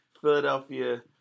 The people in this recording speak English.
Philadelphia